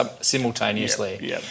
simultaneously